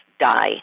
die